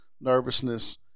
nervousness